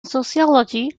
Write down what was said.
sociology